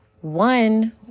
One